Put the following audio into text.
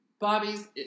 Bobby's